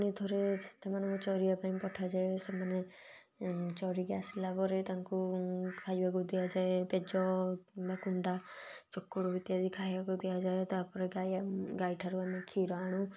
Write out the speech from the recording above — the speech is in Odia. ପୁଣି ଥରେ ସେମାନଙ୍କୁ ଚରିବା ପାଇଁ ପଠାଯାଏ ସେମାନେ ଚରିକି ଆସିଲା ପରେ ତାଙ୍କୁ ଖାଇବାକୁ ଦିଆଯାଏ ପେଜ ବା କୁଣ୍ଡା ଚୋକଡ଼ ଇତ୍ୟାଦି ଖାଇବାକୁ ଦିଆଯାଏ ତା'ପରେ ଗାଈ ଗାଈ ଠାରୁ ଆମେ କ୍ଷୀର ଆଣୁ